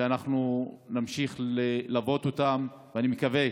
ואנחנו נמשיך ללוות אותם, אני מקווה,